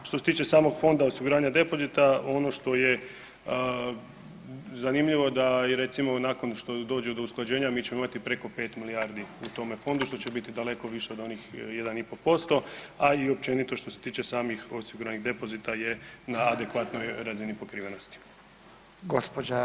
Što se tiče samog fonda osiguranja depozita, ono što je zanimljivo da recimo nakon što dođe do usklađenja mi ćemo imati preko pet milijardi u tome fondu, što će biti daleko više od onih 1,5%, a i općenito što se tiče samih osiguranih depozita je na adekvatnoj razini pokrivenosti.